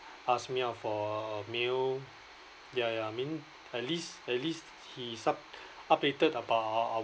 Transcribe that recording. ask me out for a a meal ya ya I mean at least at least he sub~ updated about our